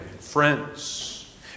friends